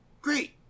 great